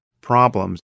problems